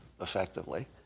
effectively